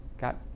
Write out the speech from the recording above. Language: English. got